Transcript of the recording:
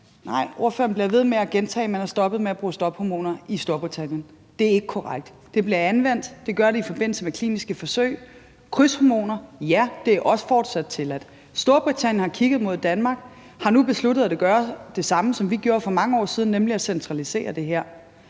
Ordføreren bliver ved med at gentage, at man er stoppet med at bruge stophormoner i Storbritannien, og det er ikke korrekt. Det bliver anvendt, og det gør det i forbindelse med kliniske forsøg. Krydshormoner, ja, er også fortsat tilladt. Storbritannien har kigget mod Danmark og har nu besluttet, at de vil gøre det samme, som vi gjorde for mange år siden, nemlig at centralisere det her.